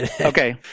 Okay